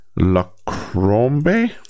LaCrombe